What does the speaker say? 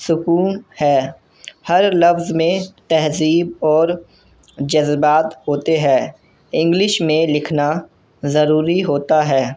سکون ہے ہر لفظ میں تہذیب اور جذبات ہوتے ہے انگلش میں لکھنا ضروری ہوتا ہے